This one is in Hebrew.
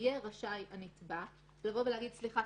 יהיה רשאי הנתבע לבוא ולהגיד: סליחה,